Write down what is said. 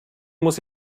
muss